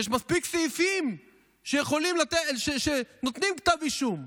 יש מספיק סעיפים שנותנים כתב אישום.